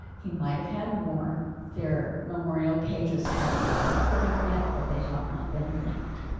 he might have had more their memorial pages have not been put up yet, or they have not been linked